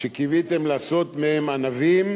שקיוויתם לעשות מהם ענבים,